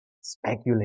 speculate